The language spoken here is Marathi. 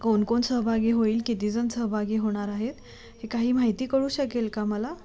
कोणकोण सहभागी होईल कितीजण सहभागी होणार आहेत हे काही माहिती कळू शकेल का मला